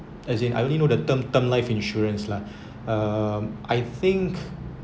as in I only know the term term life insurance lah um I think